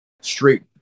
straight